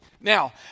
Now